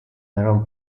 erano